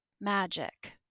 magic